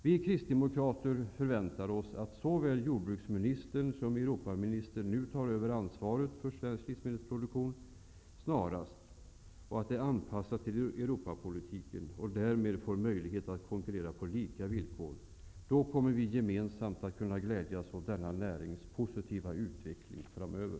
Vi kristdemokrater förväntar oss att såväl jordbruksministern som Europaministern nu snarast tar över ansvaret för svensk livsmedelsproduktion och att den anpassas till Europapolitiken och att den därmed får möjlighet att konkurrera på lika villkor. Då kommer vi gemensamt att kunna glädjas åt denna närings positiva utveckling framöver.